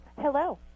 Hello